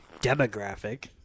demographic